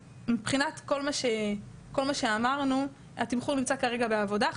מבחינת כל מה שאמרנו: התמחור נמצא כרגע בעבודה.